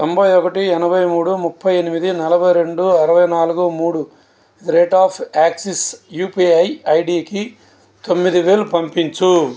తొంబైఒకటి ఎనభై మూడు ముప్పై ఎనిమిది నలభై రెండు అరవై నాలుగు మూడు at the rate of Axis UPI ఐడికి తొమ్మిది వేలు పంపించు